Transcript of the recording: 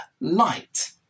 light